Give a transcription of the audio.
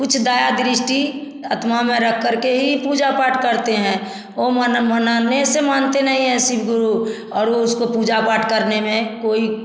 कुछ दया दृष्टि आत्मा में रखकर के ही पूजा पाठ करते हैं ओर मन मनाने वैसे मानते नहीं ऐसी भू और वो उस पर पूजा पाठ करने में कोई